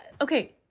okay